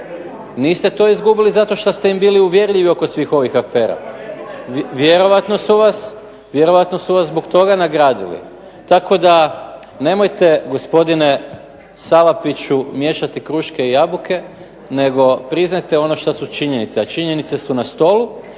niste to izgubili zato šta ste im bili uvjerljivi oko svih ovih afera. Vjerojatno su vas zbog toga nagradili. Tako da nemojte gospodine Salapiću miješati kruške i jabuke, nego priznajte ono šta su činjenice, a činjenice su na stolu.